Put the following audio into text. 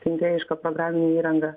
kenkėjiška programinė įranga